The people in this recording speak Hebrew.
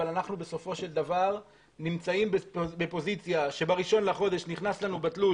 אבל אנחנו בסופו של דבר שבפוזיציה שבראשון לחודש נכנס לנו בתלוש